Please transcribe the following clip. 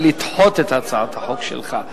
היא לדחות את הצעת החוק שלך.